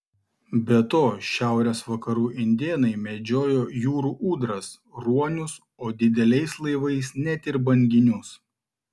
be to šiaurės vakarų indėnai medžiojo jūrų ūdras ruonius o dideliais laivais net ir banginius